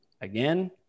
Again